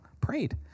prayed